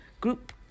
group